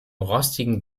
rostigen